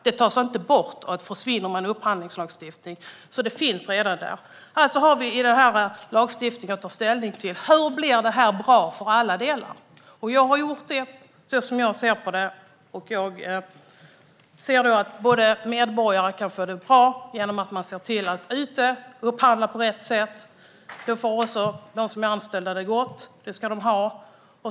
Det tas inte bort och försvinner med en upphandlingslagstiftning, så det finns redan där. Alltså har vi i den här lagstiftningen att ta ställning till hur det blir bra i alla delar. Jag har gjort det så som jag ser på det, och jag ser att medborgare kan få det bra genom att man ser till att upphandla på rätt sätt där ute. Då får också de anställda det gott. Det ska de ha.